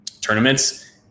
tournaments